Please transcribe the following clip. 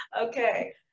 Okay